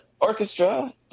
orchestra